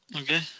Okay